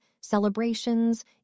celebrations